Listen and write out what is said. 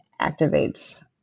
activates